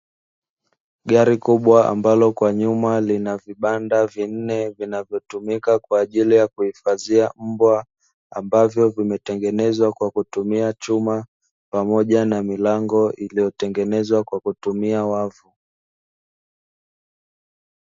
Gari kubwa ambalo kwa nyuma lina vibanda vinne vinavyotumika kwaajili ya kuhifadhia mbwaa, ambavyo vimetengenezwa kwakutumia chuma pamoja na milango iliyo tengenezwa kwa kutumia wavu.